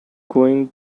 going